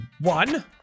One